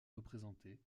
représenté